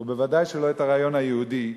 ובוודאי שלא את הרעיון היהודי,